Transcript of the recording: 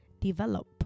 develop